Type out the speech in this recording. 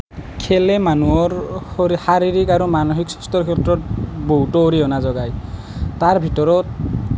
খেলে মানুহৰ শৰী শাৰীৰিক আৰু মানসিক স্বাস্থ্যৰ ক্ষেত্ৰত বহুতো অৰিহণা যোগায় তাৰ ভিতৰত